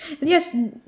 Yes